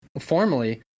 formally